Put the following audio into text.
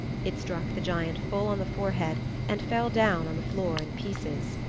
it struck the giant full on the forehead and fell down on the floor in pieces.